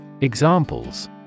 Examples